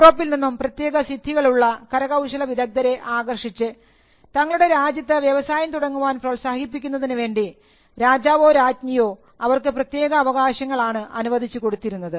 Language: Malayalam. യൂറോപ്പിൽ നിന്നും പ്രത്യേക സിദ്ധികൾ ഉള്ള കരകൌശല വിദഗ്ദ്ധരെ ആകർഷിച്ചു തങ്ങളുടെ രാജ്യത്ത് വ്യവസായം തുടങ്ങുവാൻ പ്രോത്സാഹിപ്പിക്കുന്നതിന് വേണ്ടി രാജാവോ രാജ്ഞിയോ അവർക്ക് പ്രത്യേക അവകാശങ്ങൾ ആണ് അനുവദിച്ചു കൊടുത്തിരുന്നത്